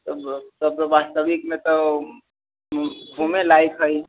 तब तब वास्तविकमे तऽ घुमे लऽ कहीँ